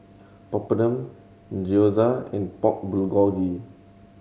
Papadum Gyoza and Pork Bulgogi